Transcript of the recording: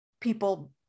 people